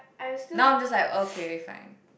now I'm just like okay fine